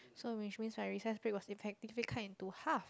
so which means my recess break was effectively cut into half